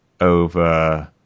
over